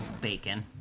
Bacon